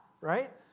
right